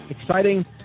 exciting